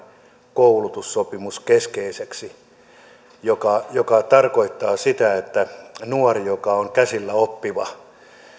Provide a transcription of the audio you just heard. koulutussopimuskeskeiseksi mikä tarkoittaa sitä että nuorelle joka on käsillä oppiva